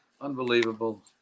unbelievable